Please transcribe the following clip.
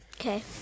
Okay